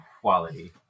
quality